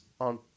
on